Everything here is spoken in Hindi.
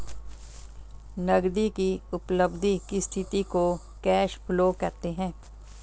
नगदी की उपलब्धि की स्थिति को कैश फ्लो कहते हैं